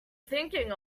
thinking